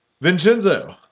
Vincenzo